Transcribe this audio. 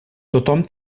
tothom